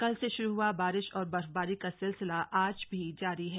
कल से शुरू हुआ बारिश और बर्फबारी का सिलसिला आज भी जारी है